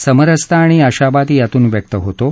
समरसता आणि आशावाद यातून व्यक्त होतो